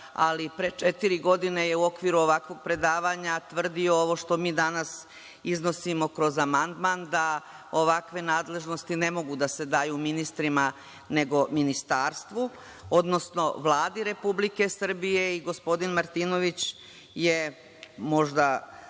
ali pre četiri godine je u okviru ovakvog predavanja tvrdio ovo što mi danas iznosimo kroz amandman, da ovakve nadležnosti ne mogu da se daju ministrima, nego ministarstvu, odnosno Vladi Republike Srbije i gospodin Martinović je, možda